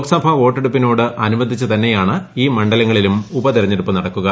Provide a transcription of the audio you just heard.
ലോക്സഭ വോട്ടെടുപ്പിനോട് അനുബന്ധിച്ച് തന്നെയാണ് ഈ മണ്ഡലങ്ങളിലും ഉപതെരഞ്ഞെടുപ്പ് നടക്കുക